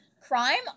crime